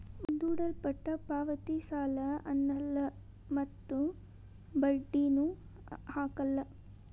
ಮುಂದೂಡಲ್ಪಟ್ಟ ಪಾವತಿ ಸಾಲ ಅನ್ನಲ್ಲ ಮತ್ತು ಬಡ್ಡಿನು ಹಾಕಲ್ಲ